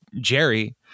jerry